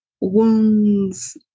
wounds